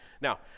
Now